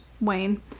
Wayne